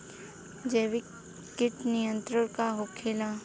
जैविक कीट नियंत्रण का होखेला?